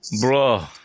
Bro